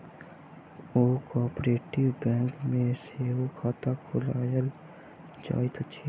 cooperative bank मे सेहो खाता खोलायल जाइत अछि